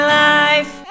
life